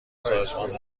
سازمان